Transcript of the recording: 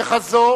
ככזו